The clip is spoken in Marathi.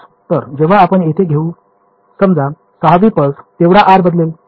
तर जेव्हा आपण येथे घेऊ समजा सहाव्वी पल्स तेवढा r' बदलेल